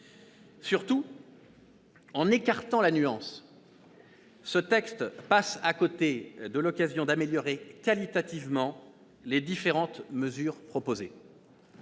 Surtout, en écartant la nuance, ce texte passe à côté de l'occasion d'améliorer qualitativement les différentes mesures proposées.